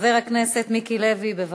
חבר הכנסת מיקי לוי, בבקשה.